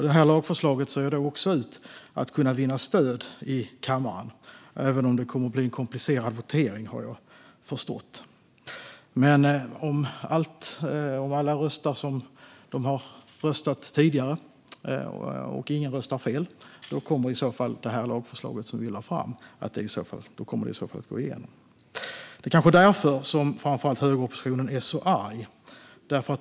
Det här lagförslaget ser också ut att kunna vinna stöd i kammaren. Jag har förstått att det kommer att bli en komplicerad votering, men om alla röstar som de har röstat tidigare och ingen röstar fel kommer det lagförslag som vi lagt fram att gå igenom. Det är kanske därför framför allt högeroppositionen är så arg.